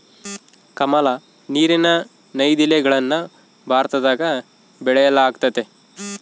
ಕಮಲ, ನೀರಿನ ನೈದಿಲೆಗಳನ್ನ ಭಾರತದಗ ಬೆಳೆಯಲ್ಗತತೆ